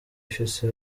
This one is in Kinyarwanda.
ifise